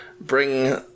bring